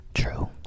True